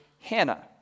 Hannah